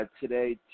today